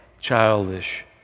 childish